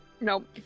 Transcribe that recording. Nope